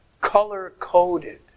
color-coded